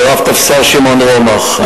לרב-טפסר שמעון רומח,